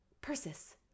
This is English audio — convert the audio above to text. Persis